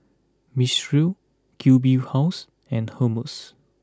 Mistral Q B House and Hermes